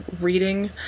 reading